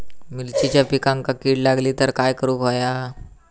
मिरचीच्या पिकांक कीड लागली तर काय करुक होया?